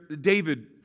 David